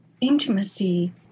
Intimacy